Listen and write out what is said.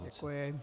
Děkuji.